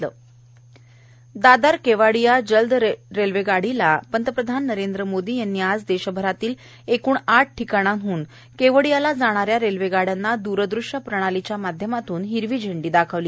दादर केवाडिया दादर केवाडिया जलद रेल्वेगाडीला पंतप्रधान नरेंद्र मोदी यांनी आज देशभरातल्या एकूण आठ ठिकाणांहन केवाडियाला जाण्याऱ्या रेल्वे गाडयांना द्रदृश्यप्रणालीच्या माध्यमातून हिरवा झेंडी दाखवली